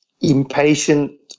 impatient